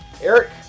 eric